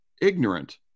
ignorant